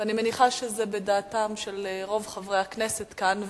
ואני מניחה שזה לדעתם של רוב חברי הכנסת כאן.